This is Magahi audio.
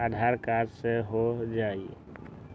आधार कार्ड से हो जाइ?